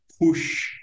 push